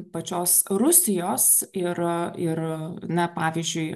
pačios rusijos ir ir na pavyzdžiui